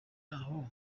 aho